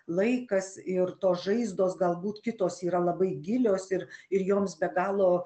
laikas ir tos žaizdos galbūt kitos yra labai gilios ir ir joms be galo